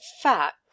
fact—